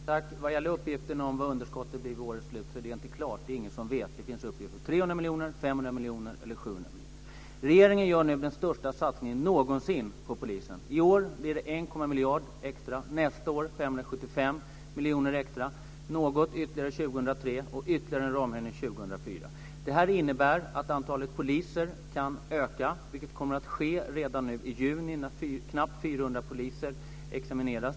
Fru talman! Vad gäller uppgiften om vad underskottet är vid årets slut är det inte klart. Det är ingen som vet. Det finns uppgifter på 300 miljoner, 500 Regeringen gör nu den största satsningen någonsin på polisen. I år blir det 1 miljard extra, nästa år Det innebär att antalet poliser kan öka, vilket kommer att ske redan nu i juni när knappt 400 poliser examineras.